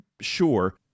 sure